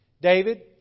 David